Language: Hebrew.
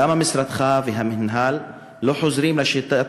למה משרדך והמינהל לא חוזרים לשיטת